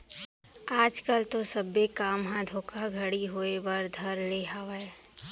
आज कल तो सब्बे काम म धोखाघड़ी होय बर धर ले हावय